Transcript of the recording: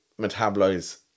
metabolize